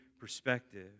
perspective